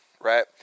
Right